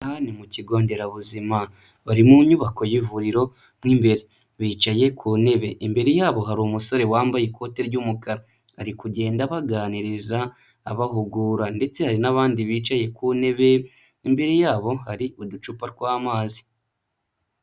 Aha ni mu kigo nderabuzima, bari mu nyubako y'ivuriro mo imbere, bicaye ku ntebe, imbere yabo hari umusore wambaye ikote ry'umukara, ari kugenda baganiriza abahugura ndetse hari n'abandi bicaye ku ntebe, imbere yabo hari uducupa tw'amazi.